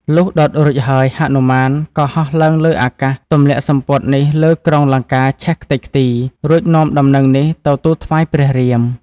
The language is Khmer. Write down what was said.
លុះដុតរួចហើយហនុមាន ក៏ហោះឡើងលើអាកាសទម្លាក់សំពត់នេះលើក្រុងលង្កាឆេះខ្ទេចខ្ទីរ រួចនាំដំណឹងនេះទៅទូលថ្វាយព្រះរាម។